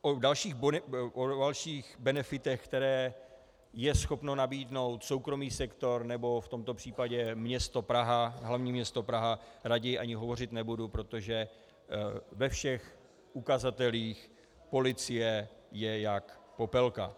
O dalších benefitech, které je schopen nabídnout soukromý sektor, nebo v tomto případě město Praha, hlavní město Praha, raději ani hovořit nebudu, protože ve všech ukazatelích policie je jak popelka.